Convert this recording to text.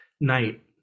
Night